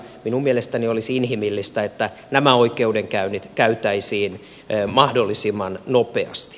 minun mielestäni olisi inhimillistä että nämä oikeudenkäynnit käytäisiin mahdollisimman nopeasti